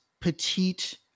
petite